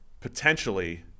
Potentially